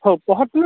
ହଉ ପହଞ୍ଚିଲେ